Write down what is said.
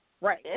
Right